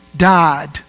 died